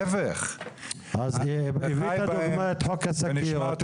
ההיפך --- אז הבאת לדוגמא את חוק השקיות,